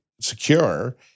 secure